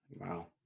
wow